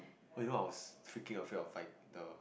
oh you know I was freaking afraid of like the